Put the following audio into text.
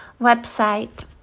website